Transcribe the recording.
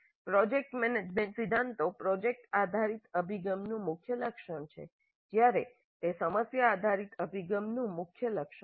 project management સિદ્ધાંતો project આધારિત અભિગમનું મુખ્ય લક્ષણ છે જ્યારે તે સમસ્યા આધારિત અભિગમનું મુખ્ય લક્ષણ નથી